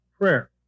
prayer